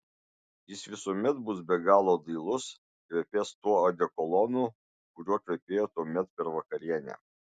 jis visuomet bus be galo dailus kvepės tuo odekolonu kuriuo kvepėjo tuomet per vakarienę